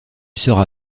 sera